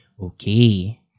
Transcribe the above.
Okay